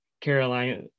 Carolina